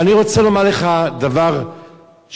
ואני רוצה לומר לך דבר שהכי,